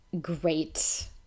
Great